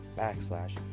backslash